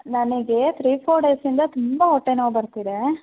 ನನಗೆ three four ಡೇಸಿಂದ ತುಂಬ ಹೊಟ್ಟೆ ನೋವು ಬರ್ತಿದೆ